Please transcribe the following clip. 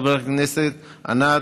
חברת הכנסת ענת,